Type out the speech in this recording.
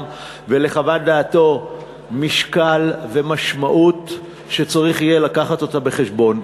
ולחוות דעתו יש משקל ומשמעות שצריך יהיה להביא בחשבון.